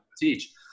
teach